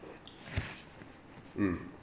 mm